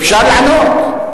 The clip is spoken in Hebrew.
אפשר לענות.